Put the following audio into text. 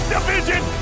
Division